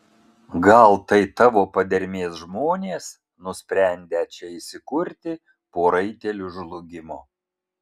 gal tai tavo padermės žmonės nusprendę čia įsikurti po raitelių žlugimo